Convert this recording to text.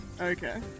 Okay